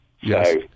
Yes